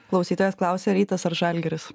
klausytojas klausia rytas ar žalgiris